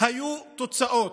היו תוצאות.